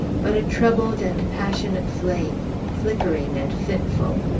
but a troubled and passionate flame, flickering and fitful.